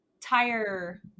tire